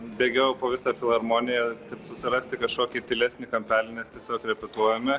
bėgiojau po visą filharmoniją susirasti kažkokį tylesnį kampelį nes tiesiog repetuojame